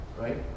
Right